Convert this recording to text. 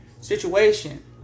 situation